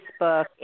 Facebook